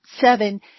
seven